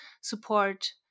support